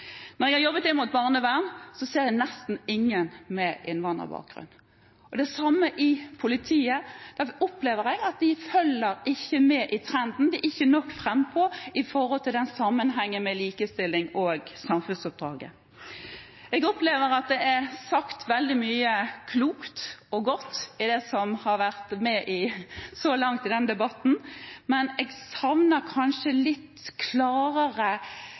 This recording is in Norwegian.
jeg jobbet inn mot barnevernet, så jeg nesten ingen med innvandrerbakgrunn. Det samme gjelder politiet, hvor jeg opplever at de ikke følger med på trenden, de er ikke nok frampå med hensyn til sammenhengen mellom likestilling og samfunnsoppdraget. Jeg opplever at det er sagt veldig mye klokt og godt av dem som har vært med så langt i denne debatten, men jeg savner kanskje litt klarere,